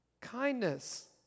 kindness